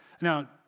Now